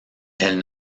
elles